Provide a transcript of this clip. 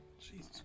Jesus